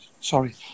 Sorry